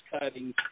cutting